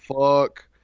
fuck